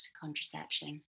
contraception